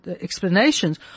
explanations